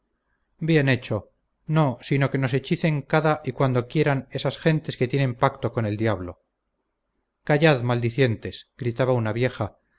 bien hecho no sino que nos hechicen cada y cuando quieran esas gentes que tienen pacto con el diablo callad maldicientes gritaba una vieja